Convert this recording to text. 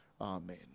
amen